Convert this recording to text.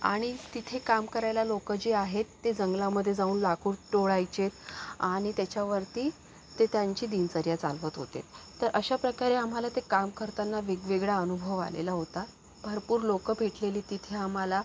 आणि तिथे काम करायला लोक जे आहेत ते जंगलामध्ये जाऊन लाकूड तोडायचे आणि त्याच्यावरती ते त्यांची दिनचर्या चालवत होते तर अशा प्रकारे आम्हाला ते काम करताना वेगवेगळा अनुभव आलेला होता भरपूर लोकं भेटलेली तिथे आम्हाला